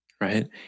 right